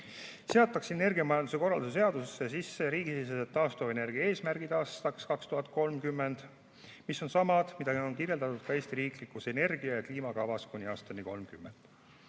muudatust. Energiamajanduse korralduse seadusesse seatakse riigisisesed taastuvenergia eesmärgid aastaks 2030, mis on samad, mida on kirjeldatud ka Eesti riiklikus energia- ja kliimakavas kuni aastani 2030.